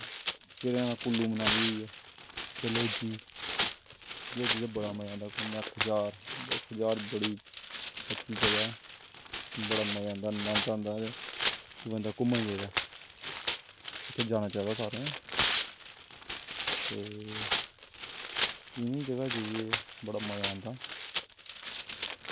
फिर जियां कुल्लू मनाली होई गेआ डलहौजी डलहौजी ते बड़ा मज़ा आंदा घूमने दा खजेयार खजेयार बड़ी अच्छी जगह् ऐ बड़ा मज़ा आंदा नन्द आंदा ते कि बंदा घूमन गेदा ऐ उद्धर जाना चाहिदा सारें गी ते इनें जगह जाइयै बड़ा मज़ा आंदा